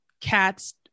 cats